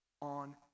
on